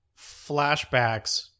flashbacks